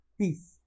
peace